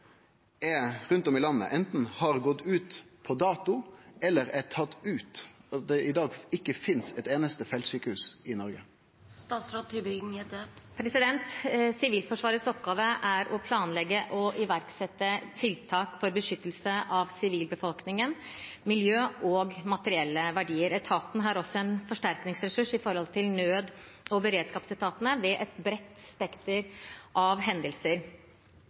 rundt om i landet no anten har gått ut på dato eller er tatt ut, og at det i dag ikkje finst eit einaste feltsjukehus i Noreg? Sivilforsvarets oppgave er å planlegge og iverksette tiltak for beskyttelse av sivilbefolkningen, miljø og materielle verdier. Etaten er også en forsterkningsressurs knyttet til nød- og beredskapsetatene ved et bredt spekter av hendelser.